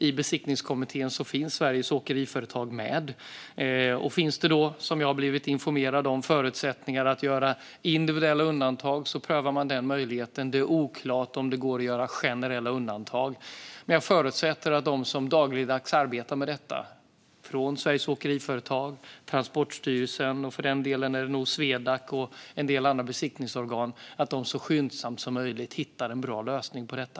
I Besiktningskommittén finns Sveriges Åkeriföretag med. Finns det då, som jag har blivit informerad om, förutsättningar att göra individuella undantag prövar man den möjligheten. Det är oklart om det går att göra generella undantag. Jag förutsätter att de som dagligdags arbetar med detta, från Sveriges Åkeriföretag, Transportstyrelsen och för den delen även Swedac och en del andra besiktningsorgan, så skyndsamt som möjligt hittar en bra lösning på detta.